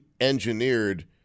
engineered